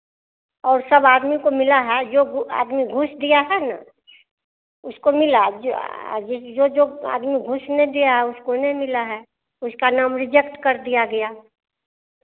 और सब आदमी को मिला है जो आदमी घूस दिया है ना उसको मिला जो जो जो आदमी घूस नहीं दिया उसको नहीं मिला है उसका नाम रिज़ेक्ट कर दिया गया